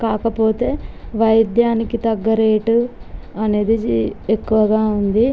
కాకపోతే వైద్యానికి తగ్గ రేటు అనేది ఎక్కువగా ఉంది